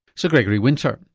sir gregory winter.